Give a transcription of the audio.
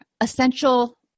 essential